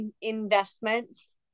investments